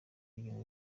ibintu